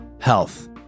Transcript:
health